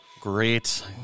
Great